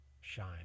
shine